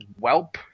welp